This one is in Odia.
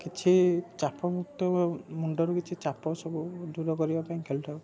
କିଛି ଚାପ ମୁକ୍ତ ମୁଣ୍ଡରୁ କିଛି ଚାପ ସବୁ ଦୂର କରିବା ପାଇଁ ଖେଳିଥାଉ